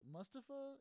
Mustafa